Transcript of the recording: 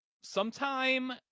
sometime